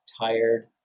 tired